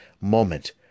moment